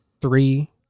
three